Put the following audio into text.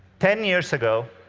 ten years ago,